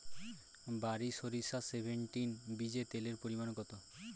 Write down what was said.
বারি সরিষা সেভেনটিন বীজে তেলের পরিমাণ কত?